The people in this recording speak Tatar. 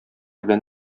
белән